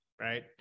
Right